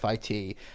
FIT